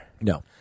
No